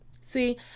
See